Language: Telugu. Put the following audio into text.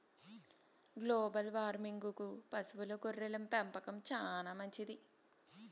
గ్లోబల్ వార్మింగ్కు పశువుల గొర్రెల పెంపకం చానా మంచిది